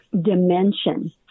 dimension